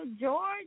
George